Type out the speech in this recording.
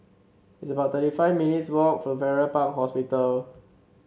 it's about thirty five minutes' walk for Farrer Park Hospital